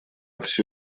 всё